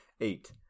eight